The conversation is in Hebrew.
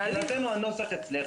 מבחינתנו הנוסח אצלך,